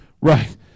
Right